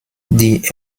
die